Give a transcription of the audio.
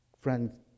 Friends